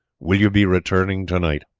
will you be returning to-night?